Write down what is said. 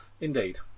Indeed